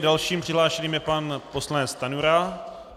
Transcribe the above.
Dalším přihlášeným je pan poslanec Stanjura.